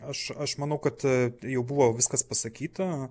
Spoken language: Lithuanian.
aš aš manau kad jau buvo viskas pasakyta